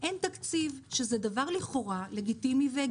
אין תקציב שזה דבר לכאורה לגיטימי והגיוני.